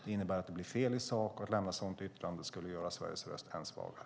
Det innebär att det blir fel i sak, och att lämna ett sådant yttrande skulle göra Sveriges röst än svagare.